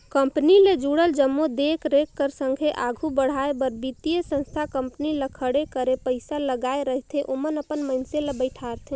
company ले जुड़ल जम्मो देख रेख कर संघे आघु बढ़ाए बर बित्तीय संस्था कंपनी ल खड़े करे पइसा लगाए रहिथे ओमन अपन मइनसे ल बइठारथे